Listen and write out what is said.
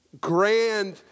grand